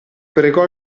pregò